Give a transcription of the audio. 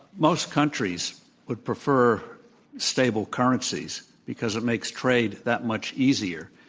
most countries would prefer stable currencies, because it makes trade that much easier.